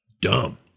Dumb